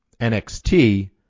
NXT